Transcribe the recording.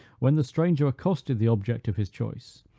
when the stranger accosted the object of his choice,